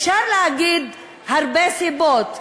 אפשר להגיד הרבה סיבות,